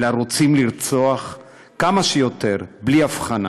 אלא רוצים לרצוח כמה שיותר, בלי הבחנה.